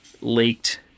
leaked